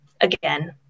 again